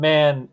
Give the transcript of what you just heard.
Man